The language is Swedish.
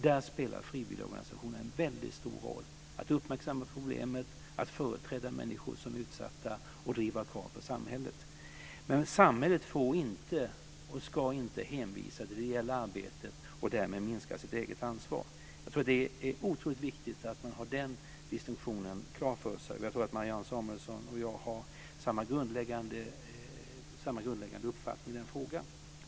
Där spelar frivilliga organisationer en väldigt stor roll att uppmärksamma problemet, att företräda människor som är utsatta och ställa krav på samhället. Men samhället får inte och ska inte hänvisa till det ideella arbetet och därmed minska sitt eget ansvar. Det är otroligt viktigt att man har den distinktionen klar för sig. Jag tror att Marianne Samuelsson och jag har samma grundläggande uppfattning i den frågan.